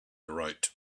right